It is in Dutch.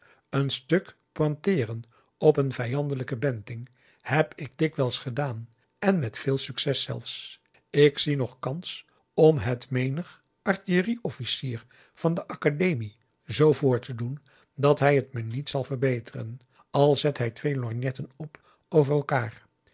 een stuk pointeeren op een vijandelijke benting heb ik dikwijls gedaan en met veel succes zelfs ik zie nog kans om het menig artillerie officier van de academie z voor te doen dat hij t me niet zal verbeteren al zet hij twee lorgnetten op over elkaar